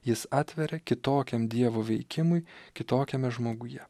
jis atveria kitokiam dievo veikimui kitokiame žmoguje